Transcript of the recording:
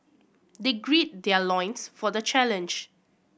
they grid their loins for the challenge